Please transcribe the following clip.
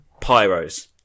pyros